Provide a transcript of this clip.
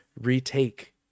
retake